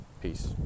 Peace